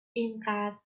اینقدر